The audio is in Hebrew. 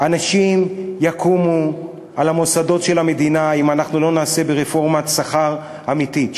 אנשים יקומו על המוסדות של המדינה אם אנחנו לא נעשה רפורמת שכר אמיתית,